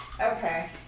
Okay